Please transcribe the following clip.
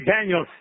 Daniel